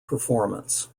performance